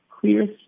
clear